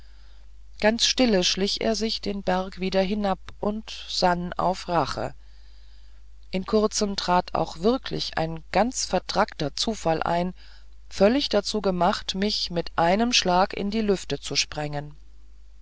ganz stille schlich er sich den berg wieder hinab und sann auf rache in kurzem trat auch wirklich ein ganz vertrackter zufall ein völlig dazu gemacht mich mit einem schlag in die lüfte zu sprengen